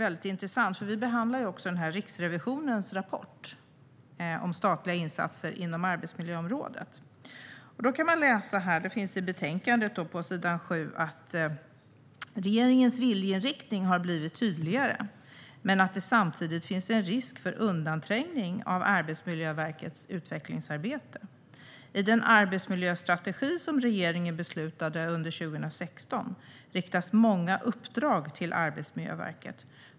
Vi behandlar också Riksrevisionens rapport om statliga insatser inom arbetsmiljöområdet, och i betänkandet på s. 7 kan man läsa "att regeringens viljeinriktning har blivit tydligare, men att det samtidigt finns en risk för undanträngning av Arbetsmiljöverkets utvecklingsarbete. I den arbetsmiljöstrategi som regeringen beslutade under 2016 riktas många uppdrag till Arbetsmiljöverket.